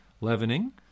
leavening